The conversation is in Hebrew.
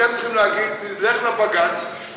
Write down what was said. תלך לבג"ץ,